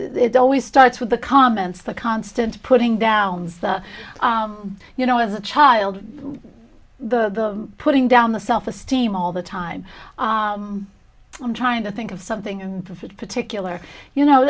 always starts with the comments the constant putting downs you know as a child the putting down the self esteem all the time i'm trying to think of something that particular you know